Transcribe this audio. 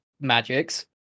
magics